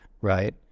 right